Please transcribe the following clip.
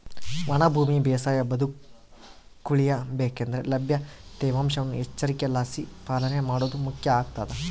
ಒಣ ಭೂಮಿ ಬೇಸಾಯ ಬದುಕುಳಿಯ ಬೇಕಂದ್ರೆ ಲಭ್ಯ ತೇವಾಂಶವನ್ನು ಎಚ್ಚರಿಕೆಲಾಸಿ ಪಾಲನೆ ಮಾಡೋದು ಮುಖ್ಯ ಆಗ್ತದ